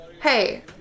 Hey